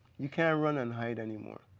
you can't run and hide anymore.